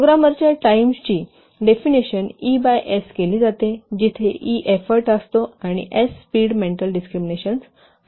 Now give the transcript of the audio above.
प्रोग्रामरच्या टाईमची definition E by S केली जाते जिथे ई एफोर्ट असतो आणि एस स्पीड मेंटल डिस्क्रिमिनेशन्स असते